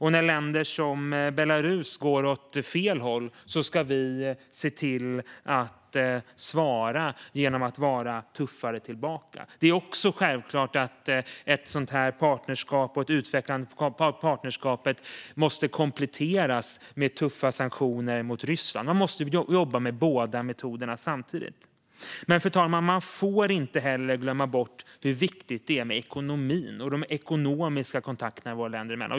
När länder som Belarus går åt fel håll ska vi se till att svara genom att vara tuffare tillbaka. Det är också självklart att ett utvecklande av partnerskapet måste kompletteras med tuffa sanktioner mot Ryssland. Man måste jobba med båda metoderna samtidigt. Fru talman! Man får inte heller glömma bort hur viktigt det är med de ekonomiska kontakterna mellan länder.